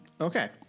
Okay